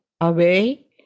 away